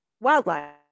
wildlife